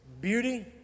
beauty